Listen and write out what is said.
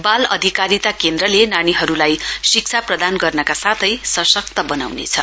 बाल अधिकारिता केन्द्रले नानीहरूलाई शिक्षा प्रदान गर्नका साथै सशक्त बनाउनेछ